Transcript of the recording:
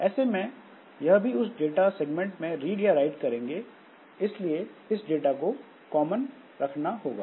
ऐसे में यह भी उस डाटा सेगमेंट में रीड या राइट करेंगे इसलिए इस डाटा को कॉमन होना होगा